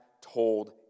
told